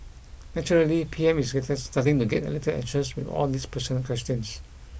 naturally P M is starting to get a little anxious with all these personal questions